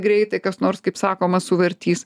greitai kas nors kaip sakoma suvartys